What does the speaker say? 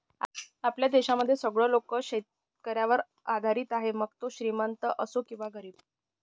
आपल्या देशामध्ये सगळे लोक शेतकऱ्यावर आधारित आहे, मग तो श्रीमंत असो किंवा गरीब